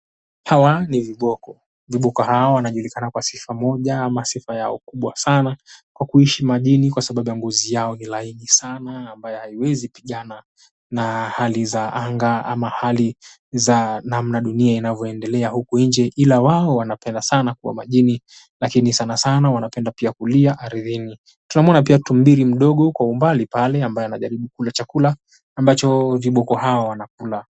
Hawa ni viboko. Viboko hawa wanajulikana kwa sifa moja ama sifa yao kubwa sana kwa kuishi majini kwa sababu ya ngozi yao ni laini sana ambayo haiwezi pigana na hali za anga ama hali za namna dunia inavyoendelea huku nje ila wao wanapenda sana kuwa majini lakini sana sana wanapenda pia kulia ardhini. Tunamuona pia tumbo mbili mdogo kwa umbali pale ambaye anajaribu kula chakula ambacho viboko hawa wanakula.